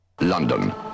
London